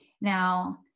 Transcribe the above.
Now